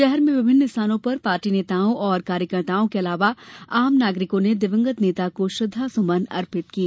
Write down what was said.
शहर में विभिन्न स्थानों पर पार्टी नेताओं और कार्यकर्ताओं के अलावा आम नागरिकों ने दिवंगत नेता को श्रद्धासुमन अर्पित किए